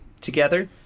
together